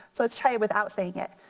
so let's try without saying it.